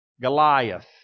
Goliath